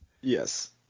Yes